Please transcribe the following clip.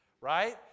right